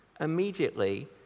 immediately